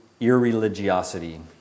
irreligiosity